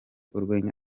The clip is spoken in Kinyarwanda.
urwenya